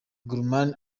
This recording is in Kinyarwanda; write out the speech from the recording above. guillaume